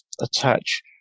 attach